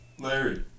Larry